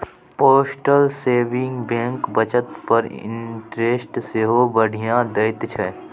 postal saving bank बचत पर interest सेहो बढ़ियाँ दैत छै